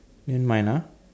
then mine ah